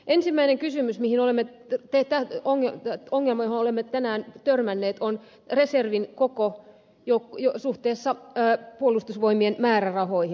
ensimmäinen ongelma johon olemme tänään törmänneet on reservin koko suhteessa puolustusvoimien määrärahoihin